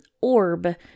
orb